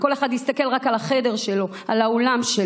כל אחד הסתכל רק על החדר שלו, על האולם שלו.